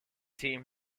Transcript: team